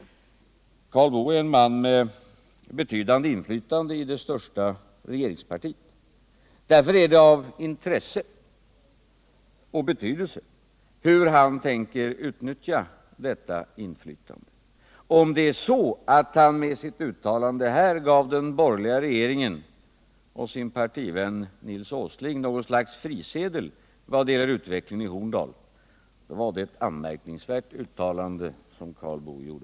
Karl Boo är en man med betydande inflytande i det största regeringspartiet. Därför är det av intresse och betydelse hur han tänker utnyttja detta inflytande. Om det är så att han med sitt uttalande här gav den borgerliga regeringen och sin partivän Nils Åsling något slags frisedel vad gäller utvecklingen i Horndal, då var det ett anmärkningsvärt uttalande Karl Boo gjorde.